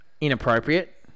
inappropriate